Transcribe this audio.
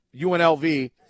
UNLV